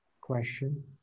question